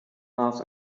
mars